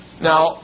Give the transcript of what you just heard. now